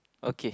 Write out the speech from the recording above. okay